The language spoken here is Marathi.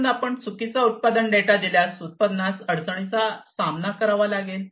म्हणून आपण चुकीचा उत्पादन डेटा दिल्यास उत्पादनास अडचणीचा सामना करावा लागेल